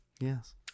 Yes